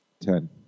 Ten